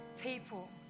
People